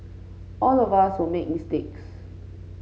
all of us will make mistakes